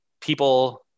people